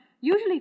usually